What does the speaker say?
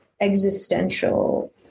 existential